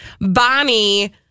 Bonnie